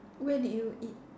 where did you eat